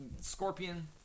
Scorpion